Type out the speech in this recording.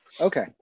Okay